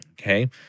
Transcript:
okay